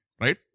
right